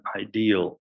ideal